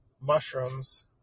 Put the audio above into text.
mushrooms